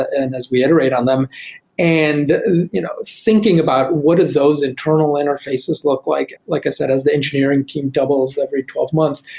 and as we iterate on them and you know thinking about what are those internal interfaces look like. like i said as the engineering team doubles every twelve months,